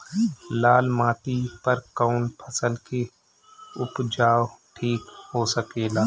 लाल माटी पर कौन फसल के उपजाव ठीक हो सकेला?